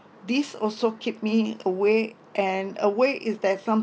this also keep me away and away is that sometime